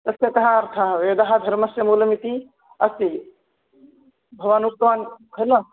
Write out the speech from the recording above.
तस्य कः अर्थः वेदः धर्मस्य मूलमिति अस्ति भवानुक्तवान् खलु